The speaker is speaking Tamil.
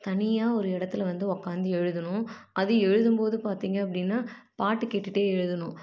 தனியாக ஒரு இடத்துல வந்து உக்காந்து எழுதணும் அதுவும் எழுதும்போது பார்த்திங்க அப்படின்னா பாட்டு கேட்டுகிட்டே எழுதணும்